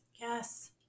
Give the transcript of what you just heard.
yes